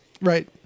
Right